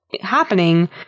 happening